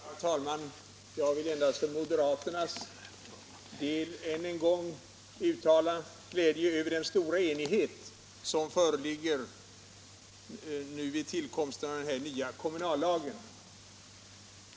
Herr talman! Jag vill först för moderaternas del än en gång uttala vår glädje över den stora enighet som här i dag föreligger vid tillkomsten av den nya kommunallagen.